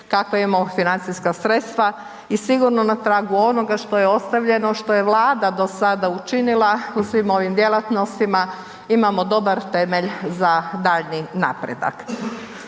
kakva imamo financijska sredstva i sigurno na tragu onoga što je ostavljeno, što je Vlada do sada učinila u svim ovim djelatnostima, imamo dobar temelj za daljnji napredak.